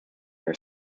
are